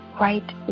right